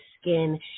skin